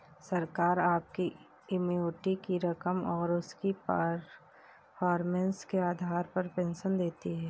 सरकार आपकी एन्युटी की रकम और उसकी परफॉर्मेंस के आधार पर पेंशन देती है